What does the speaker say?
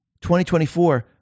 2024